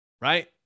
right